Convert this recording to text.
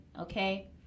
Okay